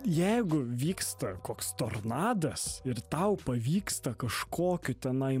jeigu vyksta koks tornadas ir tau pavyksta kažkokiu tenai